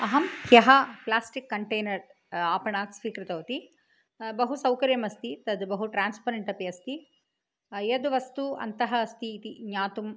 अहं ह्यः plastic container आपणात् स्वीकृतवती बहु सौकर्यम् अस्ति तद् बहु ट्रान्स्परेण्ट् अपि अस्ति यद् वस्तु अन्तः अस्ति इति ज्ञातुम्